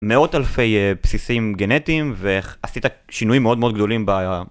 מאות אלפי בסיסים גנטיים, ועשית שינויים מאוד מאוד גדולים ב..